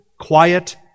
quiet